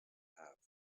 halved